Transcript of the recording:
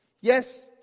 Yes